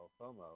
FOMO